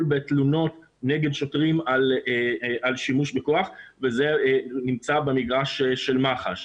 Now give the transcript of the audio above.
בתלונות נגד שוטרים על שימוש בכוח וזה נמצא במגרש של מח"ש.